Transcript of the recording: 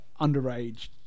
underage